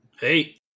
hey